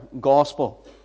gospel